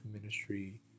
ministry